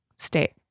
state